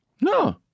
No